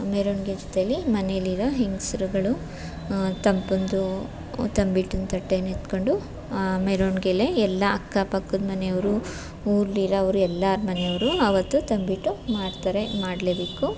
ಮೆರವಣ್ಗೆ ಜೊತೆಯಲ್ಲಿ ಮನೆಯಲ್ಲಿರೋ ಹೆಂಗಸ್ರುಗಳು ತಮ್ಮ ತಮ್ಮದು ತಂಬಿಟ್ಟಿನ ತಟ್ಟೆನ ಎತ್ಕೊಂಡು ಆ ಮೆರವಣ್ಗೆಯಲ್ಲಿ ಎಲ್ಲ ಅಕ್ಕಪಕ್ಕದ ಮನೆಯವರು ಊರಲ್ಲಿರವ್ರು ಎಲ್ಲರ ಮನೆಯವರು ಆವತ್ತು ತಂಬಿಟ್ಟು ಮಾಡ್ತಾರೆ ಮಾಡಲೇಬೇಕು